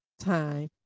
time